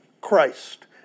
Christ